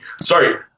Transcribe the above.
Sorry